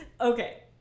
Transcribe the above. Okay